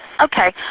Okay